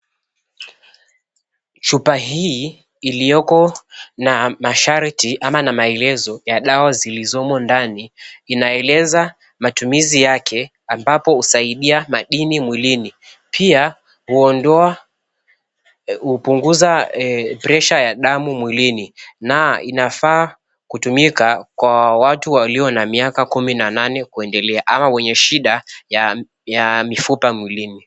Chupa hii iliyoko na masharti ama na maelezo ya dawa zilizomo ndani inaeleza matumizi yake ambapo husaidia madini mwilini. Pia hupunguza pressure ya damu mwilini na inafaa kutumika kwa watu walio na miaka kumi na nane kuendelea au wenye shida ya mifupa mwilini.